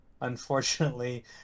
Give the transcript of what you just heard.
unfortunately